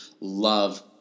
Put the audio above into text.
Love